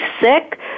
sick